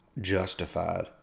justified